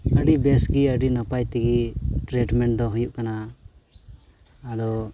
ᱟᱹᱰᱤ ᱵᱮᱹᱥ ᱜᱮ ᱟᱹᱰᱤ ᱱᱟᱯᱟᱭ ᱛᱮᱜᱮ ᱴᱨᱤᱴᱢᱮᱱᱴ ᱫᱚ ᱦᱩᱭᱩᱜ ᱠᱟᱱᱟ ᱟᱫᱚ